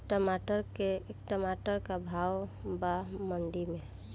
टमाटर का भाव बा मंडी मे?